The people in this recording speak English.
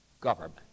government